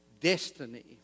destiny